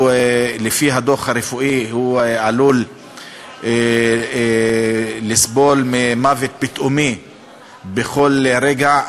לפי הדוח הרפואי הוא עלול לסבול מוות פתאומי בכל רגע,